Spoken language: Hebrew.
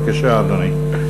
בבקשה, אדוני.